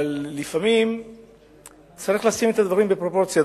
אבל לפעמים צריך לשים את הדברים בפרופורציה,